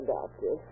Doctor